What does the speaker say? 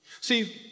See